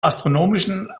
astronomischen